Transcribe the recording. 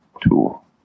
tool